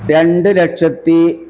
രണ്ട് ലക്ഷത്തി